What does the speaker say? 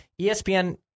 espn